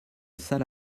salle